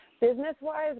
business-wise